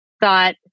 Thought